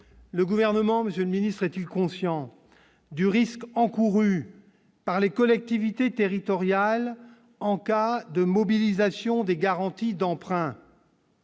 le gouvernement Monsieur le ministre est-il conscient du risque encouru par les collectivités territoriales en cas de mobilisation des garanties d'emprunt.